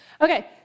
Okay